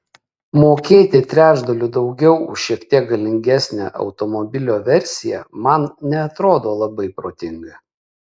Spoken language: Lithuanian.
mokėti trečdaliu daugiau už šiek tiek galingesnę automobilio versiją man neatrodo labai protinga